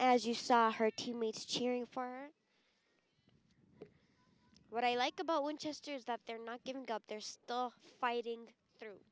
as you saw her teammates cheering for what i like about winchester is that they're not giving up they're still fighting